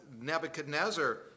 Nebuchadnezzar